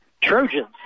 Trojans